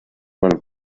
man